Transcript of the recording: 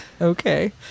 Okay